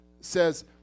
says